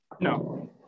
No